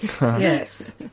Yes